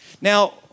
now